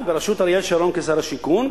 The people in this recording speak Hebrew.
אז בראשות אריאל שרון כשר השיכון,